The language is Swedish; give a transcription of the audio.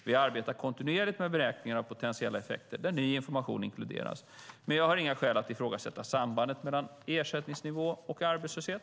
Vi arbetar kontinuerligt med beräkningar av potentiella effekter där ny information inkluderas, men jag har inga skäl att ifrågasätta sambandet mellan ersättningsnivå och arbetslöshet.